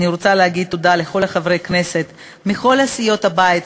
אני רוצה להגיד תודה לכל חברי הכנסת מכל סיעות הבית,